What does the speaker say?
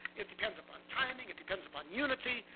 it depends upon timing. it depends upon unity.